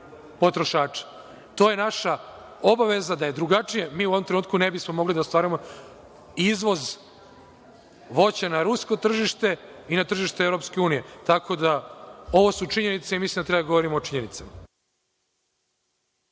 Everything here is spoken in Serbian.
potrošača. To je naša obaveza, a da je drugačije, mi u ovom trenutku ne bismo mogli da ostvarujemo izvoz voća na rusko tržište i na tržište EU. Tako, ovo su činjenice i mislim da treba da govorimo o činjenicama.